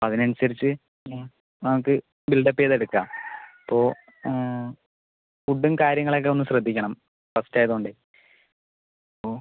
അതിനനുസരിച്ച് ആ നമുക്ക് ബിൽഡ് അപ്പ് ചെയ്ത് എടുക്കാം അപ്പോൾ ഫുഡും കാര്യങ്ങളൊക്കെ ഒന്ന് ശ്രദ്ധിക്കണം ഫസ്റ്റ് ആയതുകൊണ്ടേ ഓ